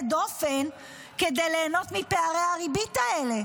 דופן כדי ליהנות מפערי הריבית האלה.